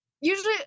usually